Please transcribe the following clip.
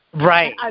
Right